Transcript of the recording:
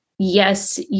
Yes